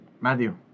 Matthew